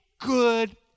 good